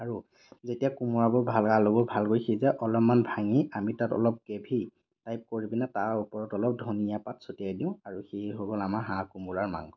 আৰু যেতিয়া কোমোৰাবোৰ ভালকৈ আলুবোৰ ভালকৈ সিজে অলপমান ভাঙি আমি তাত অলপ গ্ৰেভী টাইপ কৰি পিনে তাৰ ওপৰত অলপ ধনীয়া পাত ছটিয়াই দিওঁ আৰু সেয়ে হৈ গ'ল আমাৰ হাঁহ কোমোৰাৰ মাংস